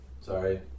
sorry